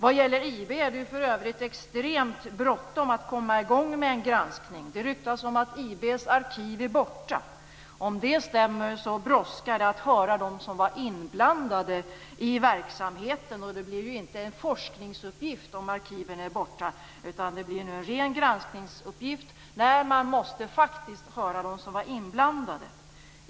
Vad gäller IB är det för övrigt extremt bråttom att komma i gång med en granskning. Det ryktas om att IB:s arkiv är borta. Om det stämmer brådskar det att höra dem som var inblandade i verksamheten. Det blir ju inte en forskningsuppgift om arkiven är borta, utan då blir det en ren granskningsuppgift där man faktiskt måste höra dem som var inblandade.